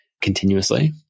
continuously